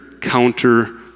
counter